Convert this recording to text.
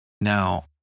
Now